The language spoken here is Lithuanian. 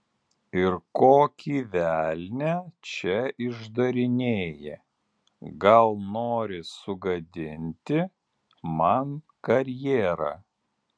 ir kokį velnią čia išdarinėji gal nori sugadinti man karjerą